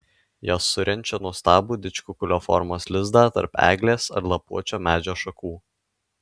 jos surenčia nuostabų didžkukulio formos lizdą tarp eglės ar lapuočio medžio šakų